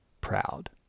Proud